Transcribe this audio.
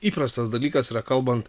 įprastas dalykas kalbant